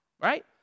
right